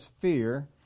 fear